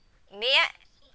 may I